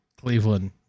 Cleveland